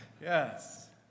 Yes